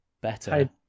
better